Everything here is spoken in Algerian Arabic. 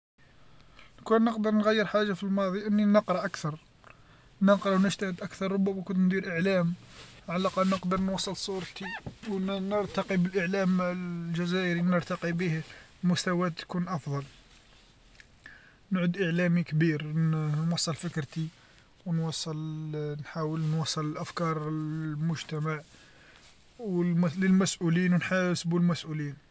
لوكان نقدر نغير حاجه في الماضي أني نقرا أكثر، نقرا و نجتهد أكثر ربما كنت ندير إعلام على الأقل نقدر نوصل صورتي و نرتقي بالإعلام الجزائري نرتقي بيه المستوى تكون أفضل، نعود إعلامي كبير ن- نوصل فكرتي و نوصل نحاول نوصل الأفكار لمجتمع و للمسؤولين نحاسبو المسؤولين.